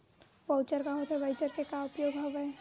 Voucher का होथे voucher के का उपयोग हवय?